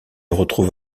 retrouve